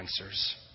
answers